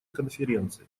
конференции